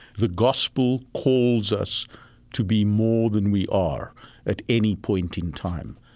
the gospel calls us to be more than we are at any point in time.